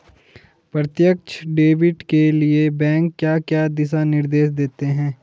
प्रत्यक्ष डेबिट के लिए बैंक क्या दिशा निर्देश देते हैं?